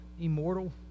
immortal